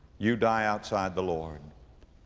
you die outside the lord